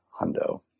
hundo